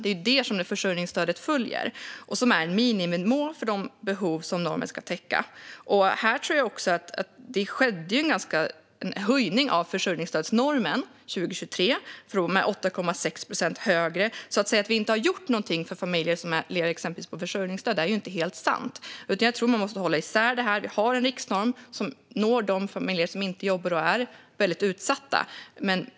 Det är det som försörjningsstödet följer och som är miniminivån för de behov som det ska täcka. Det skedde en höjning av försörjningsstödsnormen 2023. Den är nu 8,6 procent högre, så att säga att vi inte har gjort något för familjer som lever på försörjningsstöd är inte helt sant. Jag tror att man måste hålla isär det här. Vi har en riksnorm som når de familjer som inte jobbar och är väldigt utsatta.